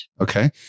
Okay